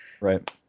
Right